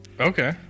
Okay